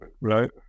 right